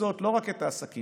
לפצות לא רק את העסקים